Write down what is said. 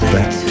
Back